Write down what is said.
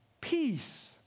peace